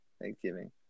Thanksgiving